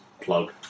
plug